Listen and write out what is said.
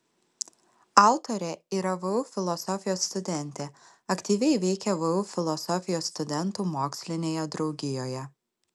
autorė yra vu filosofijos studentė aktyviai veikia vu filosofijos studentų mokslinėje draugijoje